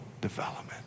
development